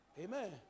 Amen